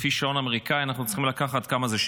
לפי שעון אמריקאי אנחנו צריכים לקחת, כמה זה?